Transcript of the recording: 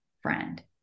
friend